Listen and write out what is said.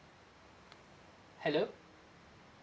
hello